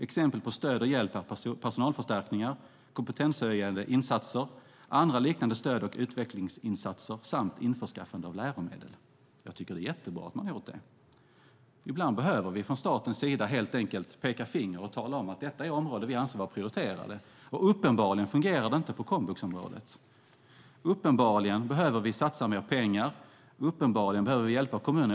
Exempel på stöd och hjälp är personalförstärkningar, kompetenshöjande insatser, andra liknande stöd och utvecklingsinsatser samt införskaffande av läromedel. Jag tycker att det är jättebra att man har gjort det. Ibland behöver staten helt enkelt peka finger och tala om att detta är områden som vi anser vara prioriterade. Uppenbarligen fungerar det inte på komvuxområdet. Uppenbarligen behöver vi satsa mer pengar. Uppenbarligen behöver vi hjälpa kommunerna.